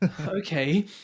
Okay